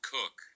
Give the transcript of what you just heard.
Cook